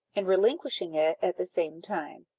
and relinquishing it at the same time.